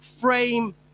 frame